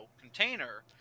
container